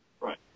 Right